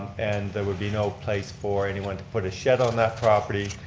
and there would be no place for anyone to put a shed on that property.